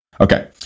Okay